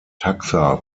taxa